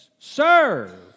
Serve